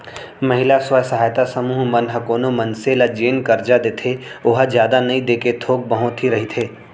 महिला स्व सहायता समूह मन ह कोनो मनसे ल जेन करजा देथे ओहा जादा नइ देके थोक बहुत ही रहिथे